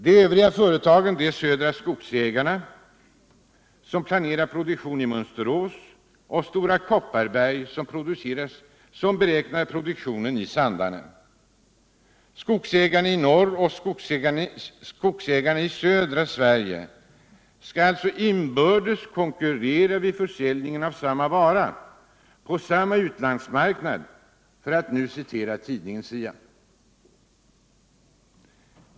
De övriga företagen är Södra Skogsägarna, som planerar produktion i Mönsterås, och Stora Kopparberg, som beräknar att ha produktionen i Sandarne. Skogsägarna i norr och skogsägarna i södra Sverige skall alltså inbördes konkurrera vid försäljningen av samma vara på samma utlandsmarknad, för att nu citera tidningen SIA.